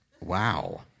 Wow